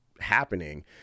happening